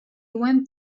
went